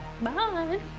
Bye